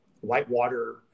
whitewater